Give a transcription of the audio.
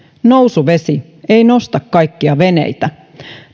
nousuvesi ei nosta kaikkia veneitä